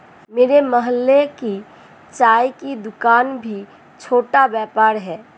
मेरे मोहल्ले की चाय की दूकान भी छोटा व्यापार है